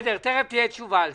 תיכף תהיה על זה תשובה.